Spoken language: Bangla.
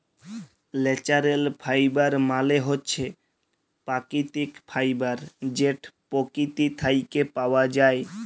ল্যাচারেল ফাইবার মালে হছে পাকিতিক ফাইবার যেট পকিতি থ্যাইকে পাউয়া যায়